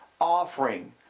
offering